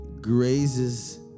grazes